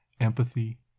empathy